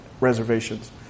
reservations